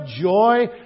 joy